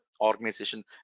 organization